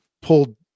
pulled